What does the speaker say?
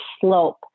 slope